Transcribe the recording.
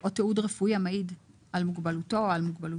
"או תיעוד רפואי המעיד על מוגבלותו או על מוגבלות